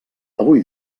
avui